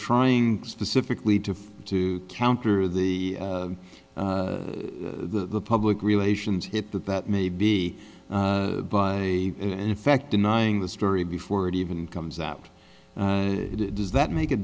trying specifically to to counter the the public relations hit that that may be a in effect denying the story before it even comes out does that make a